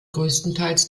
größtenteils